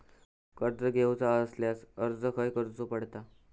कर्ज घेऊचा असल्यास अर्ज खाय करूचो पडता?